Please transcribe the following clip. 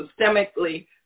systemically